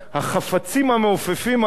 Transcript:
החפצים המעופפים הללו,